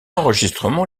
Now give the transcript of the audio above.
enregistrement